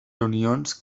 reunions